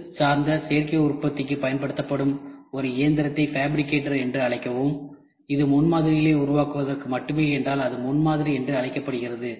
அடுக்கு சார்ந்த சேர்க்கை உற்பத்திக்கு பயன்படுத்தப்படும் ஒரு இயந்திரத்தை ஃபேப்ரிகேட்டர் என்று அழைக்கவும் இது முன்மாதிரிகளை உருவாக்குவதற்கு மட்டுமே என்றால் அது முன்மாதிரி என்று அழைக்கப்படுகிறது